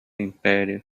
imperio